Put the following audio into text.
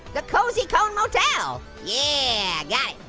the cozy cone motel. yeah, got it!